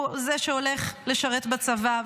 הוא זה שהולך לשרת בצבא,